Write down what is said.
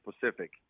Pacific